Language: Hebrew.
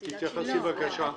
תתייחסי, בבקשה.